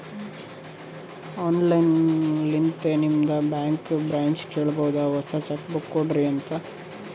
online ಲಿಂತೆ ನಿಮ್ದು bank ಬ್ರ್ಯಾಂಚ್ಗ ಕೇಳಬೋದು ಹೊಸಾ ಚೆಕ್ ಬುಕ್ ಕೊಡ್ರಿ ಅಂತ್